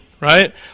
Right